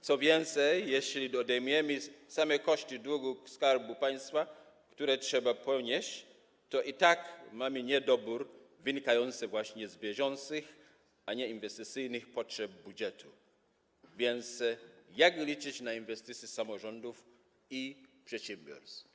Co więcej, jeśli odejmiemy koszty długu Skarbu Państwa, które trzeba ponieść, to i tak mamy niedobór wynikający z bieżących, a nie inwestycyjnych potrzeb budżetu, więc to jakby liczyć na inwestycje samorządów i przedsiębiorstw.